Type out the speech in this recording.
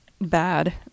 bad